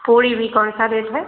पूरी भी कौन सा रेट है